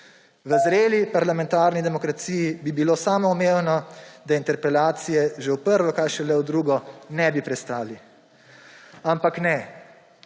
V zreli parlamentarni demokraciji bi bilo samoumevno, da interpelacije že v prvo, kaj šele v drugo ne bi prestali. Ampak ne,